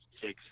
six